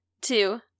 Two